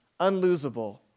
unlosable